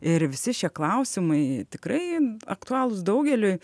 ir visi šie klausimai tikrai aktualūs daugeliui